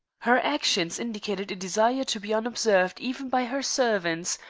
her actions indicated a desire to be unobserved even by her servants,